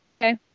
Okay